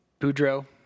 Boudreaux